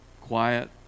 quiet